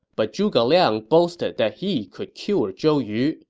but zhuge liang boasted that he could cure zhou yu.